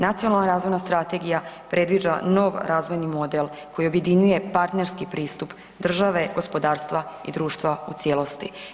Nacionalna razvojna strategija predviđa nov razvojni model koji objedinjuje partnerski pristup države, gospodarstva i društva u cijelosti.